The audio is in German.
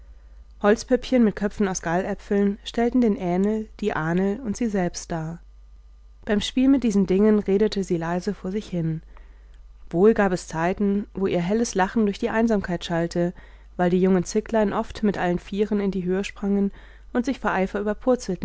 holzpüppchen mit köpfen aus galläpfeln stellten den ähnl die ahnl und sie selbst dar beim spiel mit diesen dingen redete sie leise vor sich hin wohl gab es zeiten wo ihr helles lachen durch die einsamkeit schallte weil die jungen zicklein oft mit allen vieren in die höhe sprangen und sich